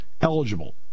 eligible